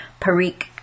Parikh